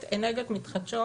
אומרת, אנרגיות מתחדשות,